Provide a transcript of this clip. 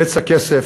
בצע כסף,